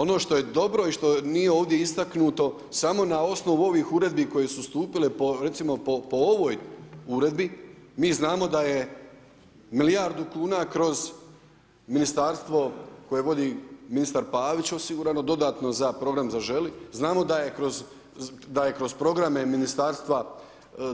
Ono što je dobro i što nije ovdje istaknuto samo na osnovu ovih uredbi koje su stupilo po ovoj uredbi, mi znamo da je milijardu kunu kroz ministarstvo koje vodi ministar Pavić osigurano dodatno za program „Zaželi“, znamo da je kroz programe Ministarstva